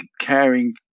caring